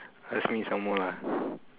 ask me some more lah